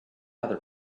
other